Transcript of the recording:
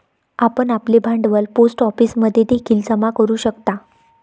आपण आपले भांडवल पोस्ट ऑफिसमध्ये देखील जमा करू शकता